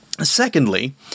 secondly